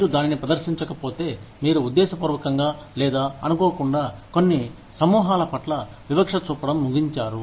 మీరు దానిని ప్రదర్శించకపోతే మీరు ఉద్దేశపూర్వకంగా లేదా అనుకోకుండా కొన్ని సమూహాల పట్ల వివక్ష చూపడం ముగించారు